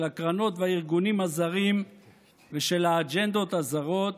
של הקרנות והארגונים הזרים ושל האג'נדות הזרות,